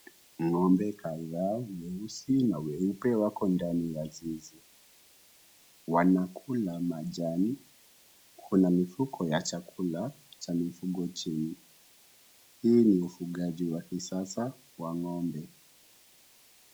Ng'ombe kadhaa weusi na weupe wako ndani ya zizi. Wanakula majani. Kuna mifuko ya chakula cha mifugo chini. Hii ni ufugaji wa kisasa wa ng'ombe.